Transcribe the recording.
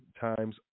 times